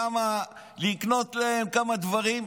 לקנות להם כמה דברים,